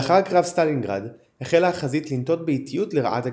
לאחר קרב סטלינגרד החלה החזית לנטות באיטיות לרעת הגרמנים.